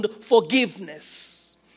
forgiveness